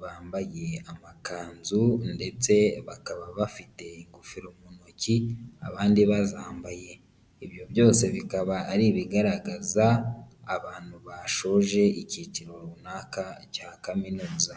bambaye amakanzu ndetse bakaba bafite ingofero mu ntoki abandi bazambaye, ibyo byose bikaba ari ibigaragaza abantu bashoje ikiciro runaka cya kaminuza.